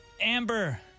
Amber